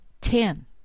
Ten